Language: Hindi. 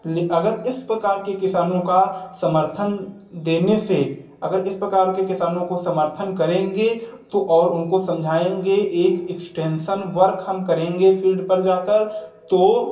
अगर इस प्रकार के किसानों का समर्थन देने से अगर इस प्रकार के किसानों का समर्थन करेंगे तो और उनको समझाएंगे एक एक्सटेंशन वर्क हम करेंगे फील्ड पर जाकर तो